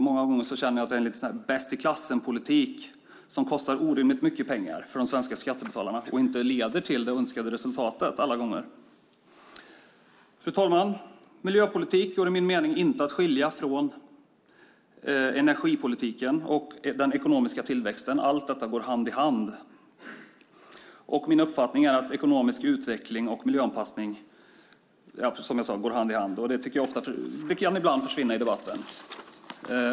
Många gånger känner jag att det är en bäst-i-klassen-politik som kostar orimligt mycket pengar för de svenska skattebetalarna och inte leder till det önskade resultatet. Fru talman! Miljöpolitik går enligt min mening inte att skilja från energipolitiken och den ekonomiska tillväxten. Min uppfattning är att allt går hand i hand när det gäller ekonomisk utveckling. Det tycker jag ibland försvinner i debatten.